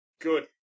Good